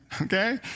Okay